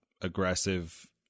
aggressive